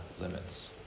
limits